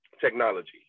technology